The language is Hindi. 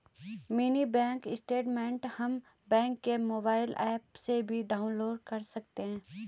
मिनी बैंक स्टेटमेंट हम बैंक के मोबाइल एप्प से भी डाउनलोड कर सकते है